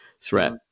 threat